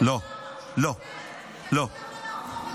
ואגיד לך למה, כי אתה לא יכול להפוך את זה, לא.